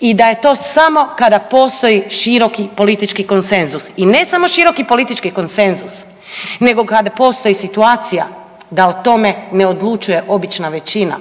i da je to samo kada postoji široki politički konsenzus i ne samo široki politički konsenzus nego kad postoji situacija da o tome ne odlučuje obična većina,